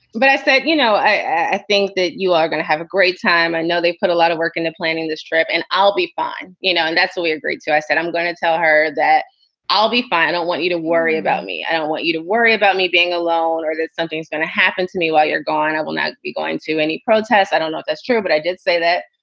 but i that you know, i i think that you are going to have a great time. i know they put a lot of work into planning this trip, and i'll be fine, you know, and that's what we agreed to. i said, i'm going to tell her that i'll be fine. i don't want you to worry about me. i don't want you to worry about me being alone or that something's going to happen to me while you're gone. and i will not be going to any protest. i don't know if that's true, but i did say that,